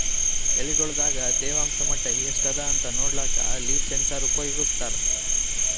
ಎಲಿಗೊಳ್ ದಾಗ ತೇವಾಂಷ್ ಮಟ್ಟಾ ಎಷ್ಟ್ ಅದಾಂತ ನೋಡ್ಲಕ್ಕ ಲೀಫ್ ಸೆನ್ಸರ್ ಉಪಯೋಗಸ್ತಾರ